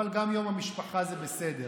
אבל גם יום המשפחה זה בסדר.